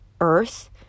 earth